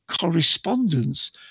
correspondence